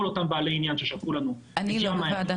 כל אותם בעלי עניין ששלחו לנו --- אני לא בוועדת